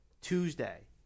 Tuesday